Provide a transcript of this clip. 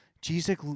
Jesus